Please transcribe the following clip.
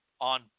on